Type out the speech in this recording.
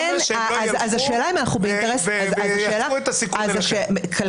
למה שהם לא יפנו את הסיכון אליכם?